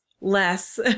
less